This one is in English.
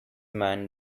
man